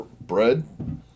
bread